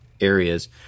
areas